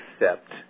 accept